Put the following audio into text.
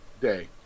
day